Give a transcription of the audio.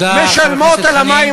משלמות על המים,